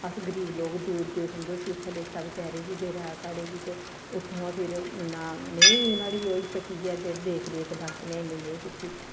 अस गरीब लोग दूर केह् समझो उसी लैता बेचारे गी देरा साढ़े गी बेचारे गी ओत्थुआं फिर नां नेईं नुहाड़ी होई चुकी ऐ जेह्ड़ी देख रेख डॉक्टरें इन्नी नेईं कीती